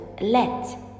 let